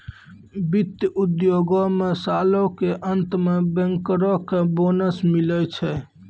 वित्त उद्योगो मे सालो के अंत मे बैंकरो के बोनस मिलै छै